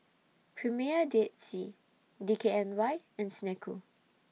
Premier Dead Sea D K N Y and Snek Ku